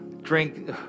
drink